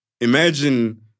imagine